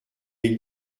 est